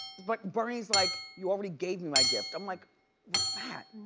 but bernie's like you already gave me my gift. i'm like what's that?